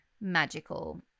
magical